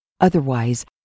Otherwise